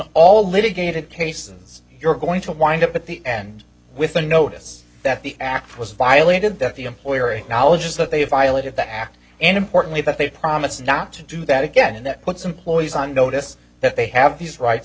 all litigated cases you're going to wind up at the end with a notice that the act was violated that the employer acknowledges that they file it at the act and importantly that they promise not to do that again and that puts employees on notice that they have these rights